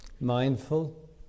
mindful